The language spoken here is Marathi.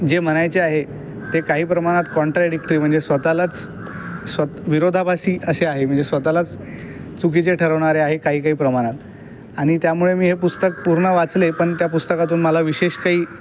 जे म्हणायचे आहे ते काही प्रमाणात कोंटाडिक्ट्री म्हणजे स्वतःलाच स्वत् विरोधाभासी असे आहे म्हणजे स्वतःलाच चुकीचे ठरवणारे आहे काही काही प्रमाणात आणि त्यामुळे मी हे पुस्तक पूर्ण वाचले पण त्या पुस्तकातून मला विशेष काही